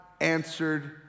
answered